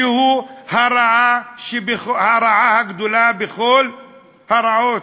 שהוא הרעה הגדולה בכל הרעות.